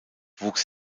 wuchs